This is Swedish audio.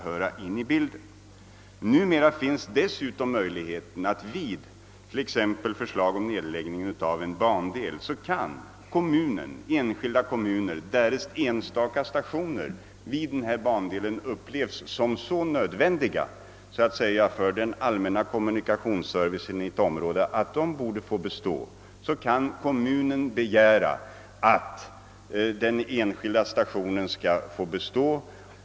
När det gäller indragning av enskilda stationer, kan dessutom numera kommuner, för vilka stationen upplevs som så nödvändig för den allmänna kommunikationsservicen i området att trafiken borde få fortsätta, begära att en enskild station skall få bestå.